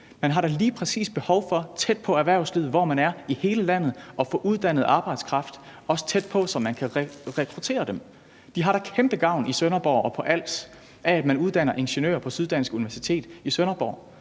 Man har da lige præcis behov for, tæt på erhvervslivet, hvor man er, i hele landet at få uddannet arbejdskraft – også tæt på, så man kan rekruttere dem. De har da i Sønderborg og på Als kæmpe gavn af, at man uddanner ingeniører på Syddansk Universitet i Sønderborg,